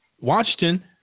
Washington